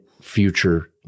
future